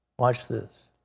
watch this.